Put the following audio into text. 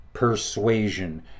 persuasion